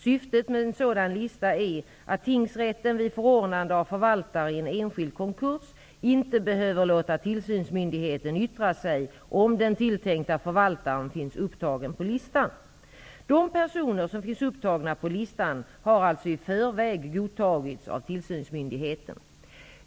Syftet med en sådan lista är att tingsrätten vid förordnande av förvaltare i en enskild konkus inte behöver låta tillsynsmyndigheten yttra sig, om den tilltänkta förvaltaren finns upptagen på listan. De personer som finns upptagna på listan har alltså i förväg godtagits av tillsynsmyndigheten.